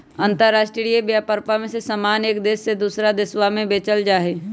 अंतराष्ट्रीय व्यापरवा में समान एक देश से दूसरा देशवा में बेचल जाहई